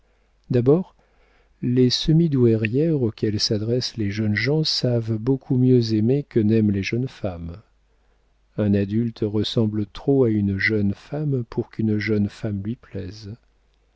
d'abord les semi douairières auxquelles s'adressent les jeunes gens savent beaucoup mieux aimer que n'aiment les jeunes femmes un adulte ressemble trop à une jeune femme pour qu'une jeune femme lui plaise